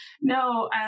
No